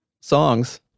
songs